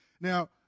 Now